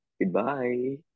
goodbye